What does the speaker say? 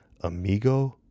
amigo